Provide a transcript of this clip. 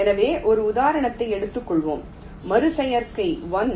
எனவே ஒரு உதாரணத்தை எடுத்துக் கொள்வோம் மறு செய்கை 1